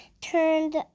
turned